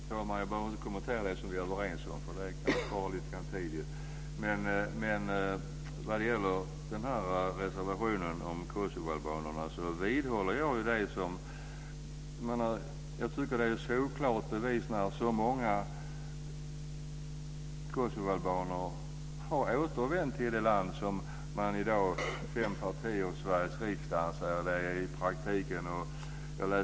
Fru talman! Jag behöver inte kommentera det vi är överens om, det skulle ta lite tid. Men vad gäller reservationen om kosovoalbanerna vidhåller jag det jag sagt tidigare. Jag tycker att det är ett solklart bevis när så många kosovoalbaner har återvänt till det land som fem partier i Sveriges riksdag i dag säger att man i praktiken inte kan återvända till.